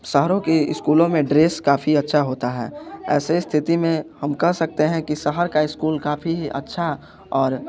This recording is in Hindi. शहरों के स्कूलों में ड्रेस काफ़ी अच्छा होता है ऐसी स्थिति में हम कह सकते हैं कि शहर का स्कूल काफ़ी अच्छा और